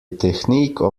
technique